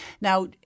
Now